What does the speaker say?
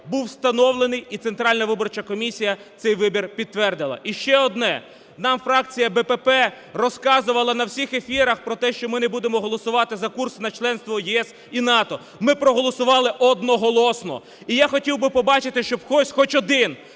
був встановлений і Центральна виборча комісія цей вибір підтвердила. Іще одне. Нам фракція БПП розказувала на всіх ефірах про те, що ми не будемо голосувати за курс на членство в ЄС і НАТО. Ми проголосували одноголосно. І я хотів би побачити, щоб хтось хоч один